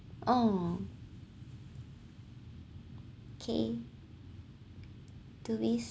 oh k do we